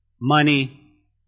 money